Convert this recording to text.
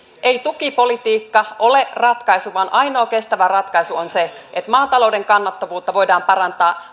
ei tukipolitiikka ole ratkaisu vaan ainoa kestävä ratkaisu on se että maatalouden kannattavuutta voidaan parantaa